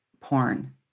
porn